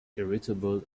irritable